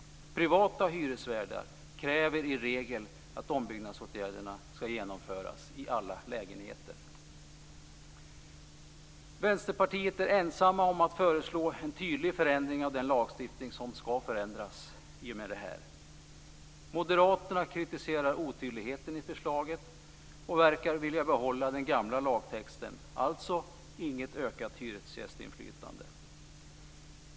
Privata hyresvärdar kräver i regel att ombyggnadsåtgärderna ska genomföras i alla lägenheter. Vänsterpartiet är ensamt om att föreslå en tydlig förändring av den lagstiftning som ska förändras. Moderaterna kritiserar otydligheten i förslaget och verkar vilja behålla den gamla lagtexten - alltså inget ökat hyresgästinflytande.